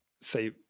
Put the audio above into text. say